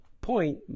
Point